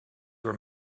your